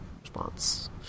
Response